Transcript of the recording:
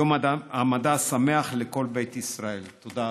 יום המדע שמח לכל בית ישראל, תודה רבה.